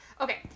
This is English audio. Okay